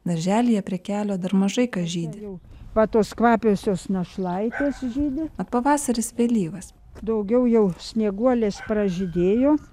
darželyje prie kelio dar mažai kas žydi va tos kvapiosios našlaitės žydi pavasaris vėlyvas daugiau jau snieguolės pražydėjo